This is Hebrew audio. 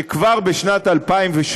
שכבר בשנת 2017,